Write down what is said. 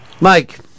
Mike